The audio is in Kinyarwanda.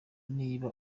niba